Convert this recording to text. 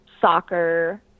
soccer